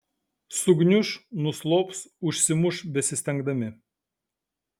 sugniuš nuslops užsimuš besistengdami